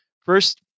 First